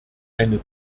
eine